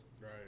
Right